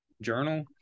Journal